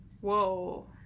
Whoa